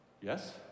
yes